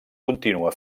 contínua